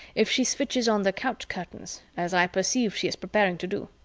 if she switches on the couch curtains, as i perceive she is preparing to do?